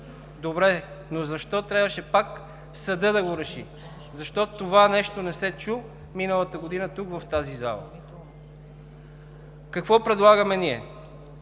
добре, но защо трябваше пак съдът да го реши? Защо това нещо не се чу миналата година тук, в тази зала? Какво предлагаме ние?